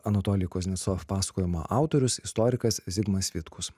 anatolij kuznecov pasakojimą autorius istorikas zigmas vitkus